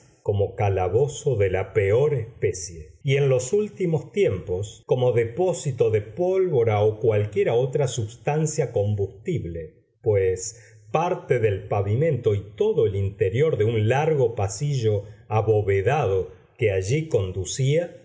como calabozo de la peor especie y en los últimos tiempos como depósito de pólvora o cualquiera otra substancia combustible pues parte del pavimento y todo el interior de un largo pasillo abovedado que allí conducía